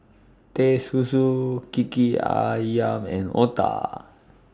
Teh Susu Kiki Ayam and Otah